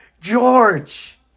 George